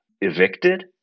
Evicted